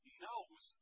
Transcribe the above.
knows